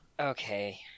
Okay